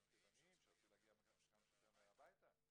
חילונים שרצו להגיע כמה שיותר מהר הביתה,